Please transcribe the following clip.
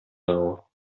now